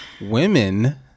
Women